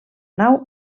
nau